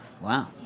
wow